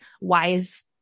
wise